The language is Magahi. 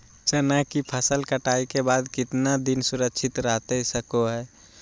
चना की फसल कटाई के बाद कितना दिन सुरक्षित रहतई सको हय?